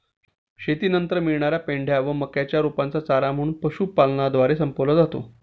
शेतीनंतर मिळणार्या पेंढ्या व मक्याच्या रोपांचे चारा म्हणून पशुपालनद्वारे संपवला जातो